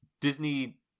disney